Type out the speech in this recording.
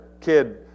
kid